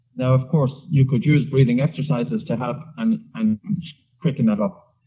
now, of course you could use breathing exercises to help and and quicken it up.